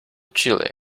chile